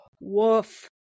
Woof